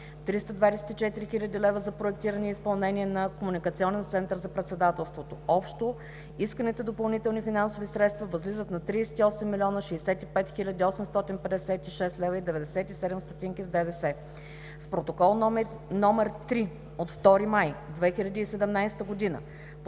324 хил. лв. за проектиране и изпълнение на Комуникационен център за Председателството. Общо исканите допълнителни финансови средства възлизат на 38 млн. 65 хил. 856.97 лв. с ДДС. С Протокол № 3 от 2 май 2017 г.,